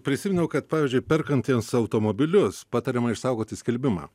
prisiminiau kad pavyzdžiui perkantiems automobilius patariama išsaugoti skelbimą